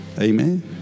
Amen